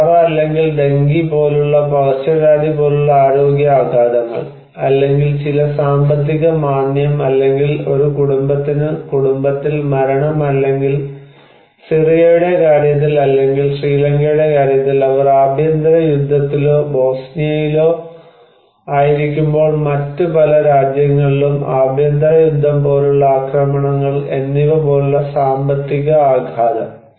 cholera അല്ലെങ്കിൽ dengue പോലുള്ള പകർച്ചവ്യാധി പോലുള്ള ആരോഗ്യ ആഘാതങ്ങൾ അല്ലെങ്കിൽ ചില സാമ്പത്തിക മാന്ദ്യം അല്ലെങ്കിൽ ഒരു കുടുംബത്തിന് കുടുംബത്തിൽ മരണം അല്ലെങ്കിൽ സിറിയയുടെ കാര്യത്തിൽ അല്ലെങ്കിൽ ശ്രീലങ്കയുടെ കാര്യത്തിൽ അവർ ആഭ്യന്തര യുദ്ധത്തിലോ ബോസ്നിയയിലോ ആയിരിക്കുമ്പോൾ മറ്റ് പല രാജ്യങ്ങളിലും ആഭ്യന്തര യുദ്ധം പോലുള്ള അക്രമങ്ങൾ എന്നിവ പോലുള്ള സാമ്പത്തിക ആഘാതം